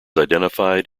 identified